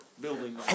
building